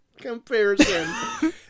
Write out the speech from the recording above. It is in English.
comparison